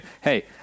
hey